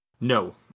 No